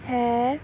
ਹੈ